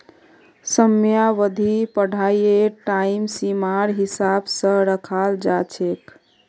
समयावधि पढ़ाईर टाइम सीमार हिसाब स रखाल जा छेक